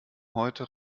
heute